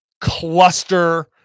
cluster